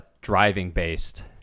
driving-based